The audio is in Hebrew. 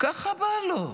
ככה בא לו.